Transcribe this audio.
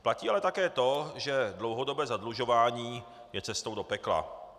Platí ale také to, že dlouhodobé zadlužování je cestou do pekla.